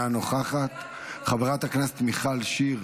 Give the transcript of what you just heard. אינה נוכחת, חברת הכנסת מיכל שיר,